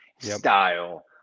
style